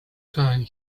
time